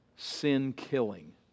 sin-killing